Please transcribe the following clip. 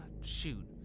Shoot